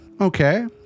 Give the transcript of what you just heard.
Okay